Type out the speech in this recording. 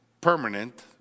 permanent